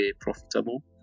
profitable